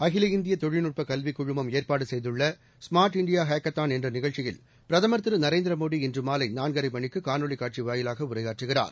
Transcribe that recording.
அகில இந்திய தொழில்நுட்ப கல்வி குழுமம் ஏற்பாடு செய்துள்ள ஸ்மாா்ட் இந்தியா ஹக்கத்தான் என்ற நிகழ்ச்சியில் பிரதமர் திரு நரேந்திரமோடி இன்று மாலை நாலரை மணிக்கு காணொலி காட்சி வாயிலாக உரையாற்றுகிறார்